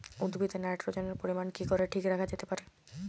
উদ্ভিদে নাইট্রোজেনের পরিমাণ কি করে ঠিক রাখা যেতে পারে?